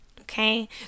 okay